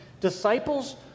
Disciples